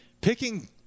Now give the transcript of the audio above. picking –